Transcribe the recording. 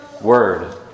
word